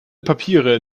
papiere